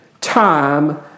time